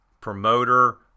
promoter